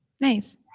Nice